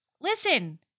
listen